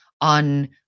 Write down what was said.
on